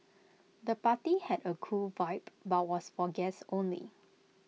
the party had A cool vibe but was for guests only